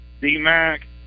D-Mac